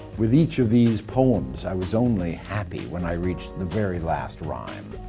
with each of these poems, i was only happy when i reached the very last rhyme.